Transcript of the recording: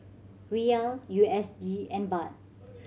Riyal U S D and Baht